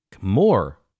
More